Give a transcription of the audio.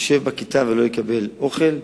שישב בכיתה ולא יקבל אוכל.